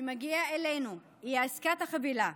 שמגיע אלינו הוא עסקת החבילה.